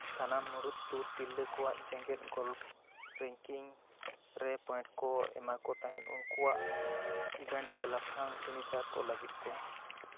ᱥᱟᱱᱟᱢ ᱢᱩᱲᱩᱫ ᱴᱩᱨ ᱛᱤᱨᱞᱟᱹ ᱠᱚᱣᱟᱜ ᱡᱮᱸᱜᱮᱫ ᱜᱚᱞᱯᱷ ᱨᱮᱝᱠᱤᱝ ᱨᱮ ᱯᱚᱭᱮᱱᱴ ᱠᱚ ᱮᱢᱟᱠᱚ ᱛᱟᱦᱮᱸᱫ ᱩᱱᱠᱩᱣᱟᱜ ᱤᱵᱷᱮᱱᱴ ᱨᱮ ᱞᱟᱯᱷᱟᱝ ᱯᱷᱤᱱᱤᱥᱟᱨ ᱠᱚ ᱞᱟᱹᱜᱤᱫ ᱛᱮ